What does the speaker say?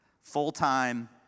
Full-time